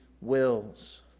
wills